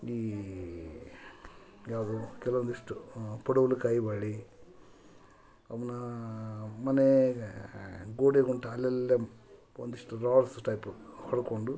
ಈ ಯಾವುದು ಕೆಲವೊಂದಿಷ್ಟು ಪಡುವಲುಕಾಯಿ ಬಳ್ಳಿ ಅವನ್ನ ಮನೆ ಗೋಡೆಗೊಂಟಾಲಲ್ಲೇಮ್ ಒಂದಿಷ್ಟು ರಾಡ್ಸ್ ಟೈಪು ಹೊಡ್ಕೊಂಡು